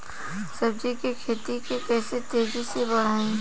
सब्जी के खेती के कइसे तेजी से बढ़ाई?